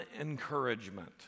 Encouragement